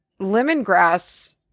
lemongrass